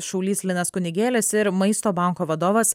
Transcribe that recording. šaulys linas kunigėlis ir maisto banko vadovas